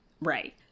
Right